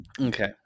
Okay